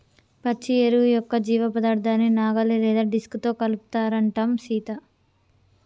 పచ్చి ఎరువు యొక్క జీవపదార్థాన్ని నాగలి లేదా డిస్క్ తో కలుపుతారంటం సీత